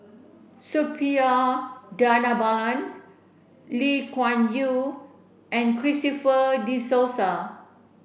Suppiah Dhanabalan Lee Kuan Yew and Christopher De Souza